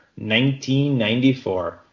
1994